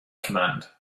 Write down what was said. command